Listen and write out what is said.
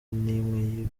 n’imwe